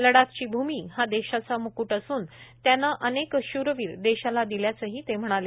लडाखची भूमी हा देशाचा म्कूट असून त्याने अनेक शूरवीर देशाला दिल्याचंही ते म्हणाले